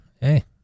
Hey